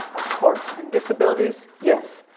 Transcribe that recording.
of course. and disabilities? yes.